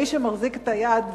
מי שמחזיק את היד,